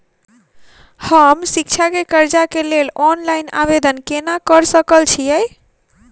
हम शिक्षा केँ कर्जा केँ लेल ऑनलाइन आवेदन केना करऽ सकल छीयै?